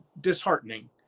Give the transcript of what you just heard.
disheartening